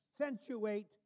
accentuate